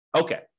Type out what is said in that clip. Okay